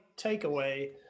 takeaway